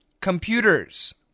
computers